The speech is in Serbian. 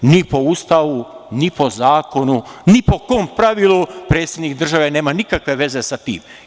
Ni po Ustavu, ni po zakonu, ni po kom pravilu predsednik države nema nikakve veze za tim.